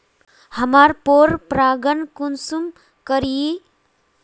हमार पोरपरागण कुंसम रोकीई?